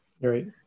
Right